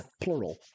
plural